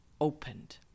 opened